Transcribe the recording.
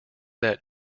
that